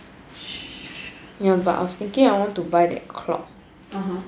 ya but I was thinking I want to buy the crop (uh huh)